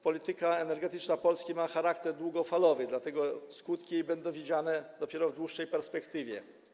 Polityka energetyczna Polski ma charakter długofalowy, dlatego jej skutki będą widoczne dopiero w dłuższej perspektywie.